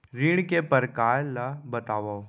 ऋण के परकार ल बतावव?